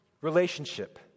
relationship